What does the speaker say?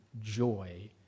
joy